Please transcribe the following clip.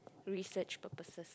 research purposes